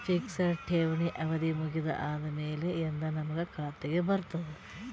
Fixed ಠೇವಣಿ ಅವಧಿ ಮುಗದ ಆದಮೇಲೆ ಎಂದ ನಮ್ಮ ಖಾತೆಗೆ ಬರತದ?